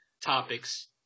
topics